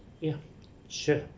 ya sure